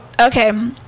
Okay